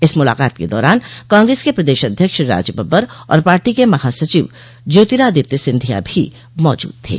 इस मुलाकात के दौरान कांग्रेस के प्रदेश अध्यक्ष राज बब्बर और पार्टी के महासचिव ज्योतिरादित्य सिंधिया भी मौजूद थे